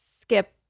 skip